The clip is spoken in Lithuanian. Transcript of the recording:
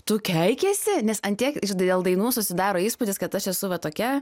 tu keikiesi nes ant tiek dėl dainų susidaro įspūdis kad aš esu va tokia